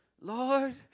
Lord